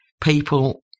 people